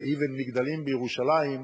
"ויבן מגדלים בירושלים"